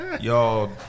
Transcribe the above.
Y'all